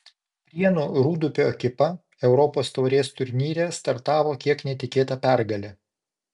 prienų rūdupio ekipa europos taurės turnyre startavo kiek netikėta pergale